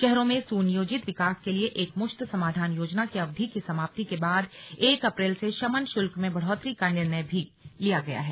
शहरों में सुनियोजित विकास के लिए एक मुश्त समाधान योजना की अवधि की समाप्ति के बाद एक अप्रैल से शमन शुल्क में बढ़ोतरी का निर्णय भी लिया गया है